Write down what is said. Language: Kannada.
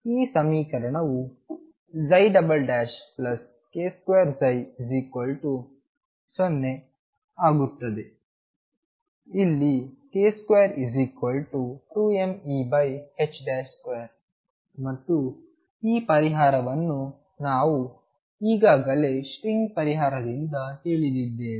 ಆದ್ದರಿಂದ ಈ ಸಮೀಕರಣವು k2ψ0 ಆಗುತ್ತದೆ ಇಲ್ಲಿ k22mE2 ಮತ್ತು ಈ ಪರಿಹಾರವನ್ನು ನಾವು ಈಗಾಗಲೇ ಸ್ಟ್ರಿಂಗ್ ಪರಿಹಾರದಿಂದ ತಿಳಿದಿದ್ದೇವೆ